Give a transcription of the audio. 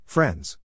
Friends